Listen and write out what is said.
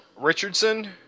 Richardson